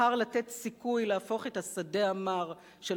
בחר לתת סיכוי להפוך את השדה המר של